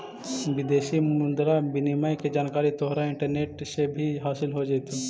विदेशी मुद्रा विनिमय की जानकारी तोहरा इंटरनेट पर से भी हासील हो जाइतो